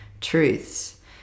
truths